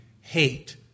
hate